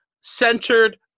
centered